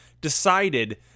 decided